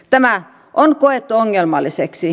tämä on koettu ongelmalliseksi